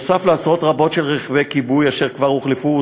נוסף על עשרות רבות של רכבי כיבוי אשר כבר הוחלפו,